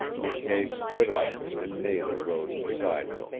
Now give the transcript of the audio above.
mckay stood up, and nada rose beside him,